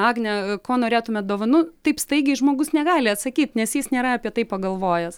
agne ko norėtumėt dovanų taip staigiai žmogus negali atsakyt nes jis nėra apie tai pagalvojęs